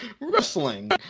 Wrestling